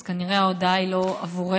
אז כנראה ההודעה לא עבורנו,